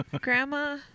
Grandma